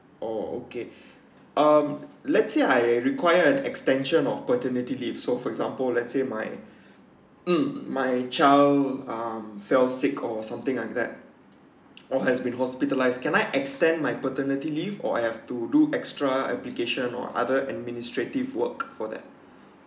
oh okay um let's say I require an extension of paternity leave so for example let's say my mm my child um fell sick or something like that or has been hospitalised can I extend my paternity leave or I have to do extra application or other administrative work for that